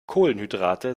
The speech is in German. kohlenhydrate